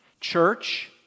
Church